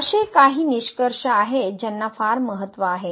अशे काही निष्कर्ष आहेत ज्यांना फार महत्त्व आहे